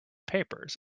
papers